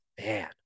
man